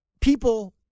people